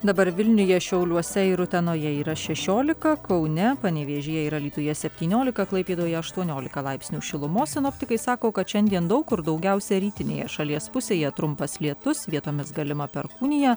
dabar vilniuje šiauliuose ir utenoje yra šešiolika kaune panevėžyje ir alytuje septyniolika klaipėdoje aštuoniolika laipsnių šilumos sinoptikai sako kad šiandien daug kur daugiausia rytinėje šalies pusėje trumpas lietus vietomis galima perkūnija